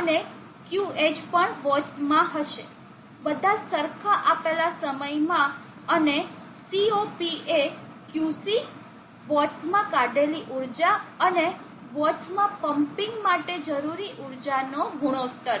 અને QH પણ watts માં હશે બધા સરખા આપેલા સમય માં અને COP એ Qc વોટ્સ માં કાઢેલી ઊર્જા અને વોટ્સ માં પમ્પિંગ માટે જરૂરી ઊર્જા નો ગુણોત્તર છે